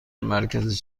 مرکز